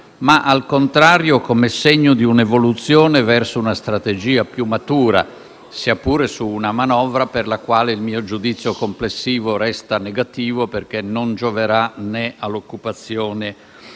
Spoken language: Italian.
ma al contrario come segno di un'evoluzione verso una strategia più matura, sia pure su una manovra per la quale il mio giudizio complessivo resta negativo, perché non gioverà né all'occupazione